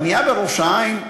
הבנייה בראש-העין,